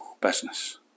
business